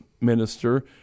minister